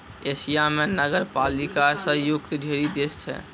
Asia म नगरपालिका स युक्त ढ़ेरी देश छै